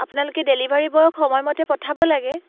আপোনালোকে ডেলিভাৰী বয়ক সময়মতে পঠাব লাগে